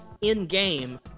in-game